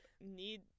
need